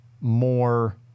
more